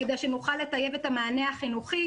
כדי שנוכל לטייב את המענה החינוכי.